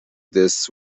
this